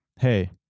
hey